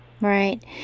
Right